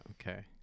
Okay